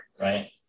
right